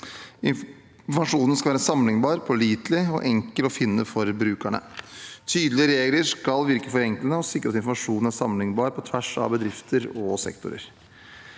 Informasjonen skal være sammenlignbar, pålitelig og enkel å finne for brukerne. Tydelige regler skal virke forenklende og sikre at informasjonen er sammenlignbar på tvers av bedrifter og sektorer.